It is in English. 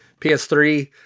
PS3